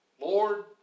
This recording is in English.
Lord